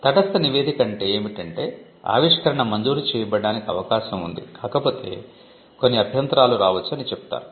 తటస్థ నివేదిక అంటే ఏమిటంటే ఆవిష్కరణ మంజూరు చేయబడటానికి అవకాశం ఉంది కాకపోతే కొన్ని అభ్యంతరాలు రావచ్చు అని చెపుతారు